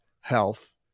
health